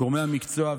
גורמי המקצוע,